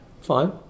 fine